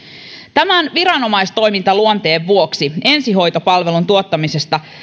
tämän viranomaistoimintaluonteen vuoksi ensihoitopalvelun tuottamisesta